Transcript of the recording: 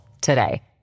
today